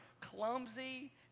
clumsy